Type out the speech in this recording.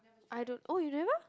I don't oh you never